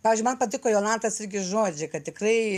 pavyzdžiui man patiko jolantos irgi žodžiai kad tikrai